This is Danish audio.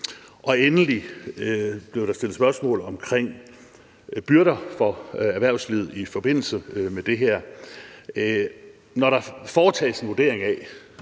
Endelig blev der stillet et spørgsmål om byrder for erhvervslivet i forbindelse med det her. Når der foretages en vurdering af,